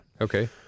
Okay